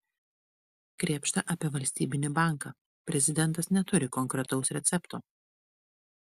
krėpšta apie valstybinį banką prezidentas neturi konkretaus recepto